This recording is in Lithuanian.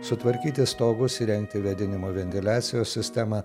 sutvarkyti stogus įrengti vėdinimo ventiliacijos sistemą